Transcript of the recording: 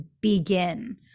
begin